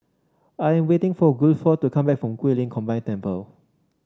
I'm waiting for Guilford to come back from Guilin Combined Temple